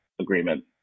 agreement